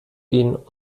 gehen